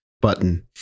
button